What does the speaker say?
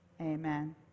Amen